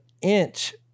inch